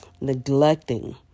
neglecting